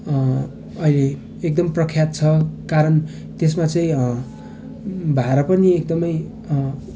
अहिले एकदम प्रख्यात छ कारण त्यसमा चाहिँ भाडा पनि एकदमै